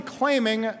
claiming